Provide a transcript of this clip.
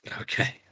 Okay